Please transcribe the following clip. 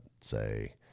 say